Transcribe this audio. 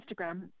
Instagram